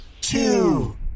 two